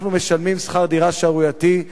אנחנו משלמים שכר דירה שערורייתי,